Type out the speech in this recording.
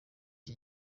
iki